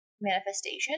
manifestation